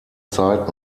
zeit